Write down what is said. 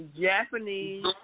Japanese